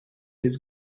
his